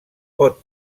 pot